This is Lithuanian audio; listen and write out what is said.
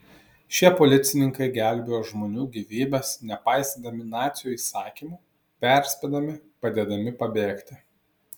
šie policininkai gelbėjo žmonių gyvybes nepaisydami nacių įsakymų perspėdami padėdami pabėgti